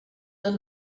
tot